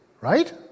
Right